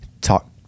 talk